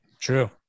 True